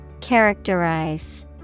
Characterize